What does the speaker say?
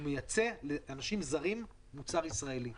הוא מייצא לאנשים זרים מוצר ישראלי.